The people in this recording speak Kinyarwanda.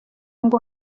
ngo